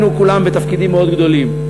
היינו כולם בתפקידים מאוד גדולים,